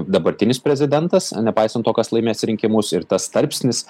dabartinis prezidentas nepaisant to kas laimės rinkimus ir tas tarpsnis